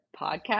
podcast